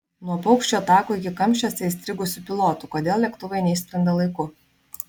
nuo paukščių atakų iki kamščiuose įstrigusių pilotų kodėl lėktuvai neišskrenda laiku